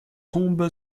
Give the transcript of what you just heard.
combe